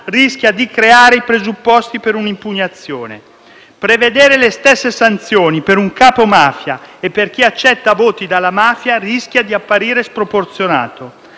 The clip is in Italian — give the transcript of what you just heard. rischia di creare i presupposti per un'impugnazione. Prevedere le stesse sanzioni per un capomafia e per chi accetta voti dalla mafia rischia di apparire sproporzionato.